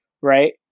right